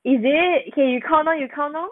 is it can you tunnel you tunnel